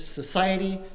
society